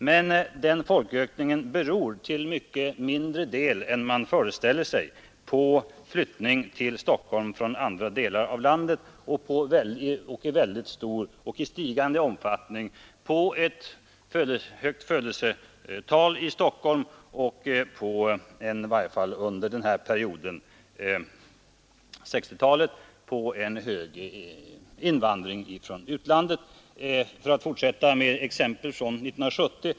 Men den folkökningen beror till mycket mindre del än man föreställer sig på flyttning till Stockholm från andra delar av landet utan i stor och stigande omfattning på ett högt födelsetal i Stockholm och på en i varje fall under 1960-talet hög invandring från utlandet. Jag kan fortsätta med exempel från 1970.